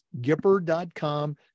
Gipper.com